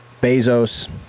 bezos